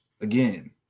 again